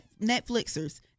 Netflixers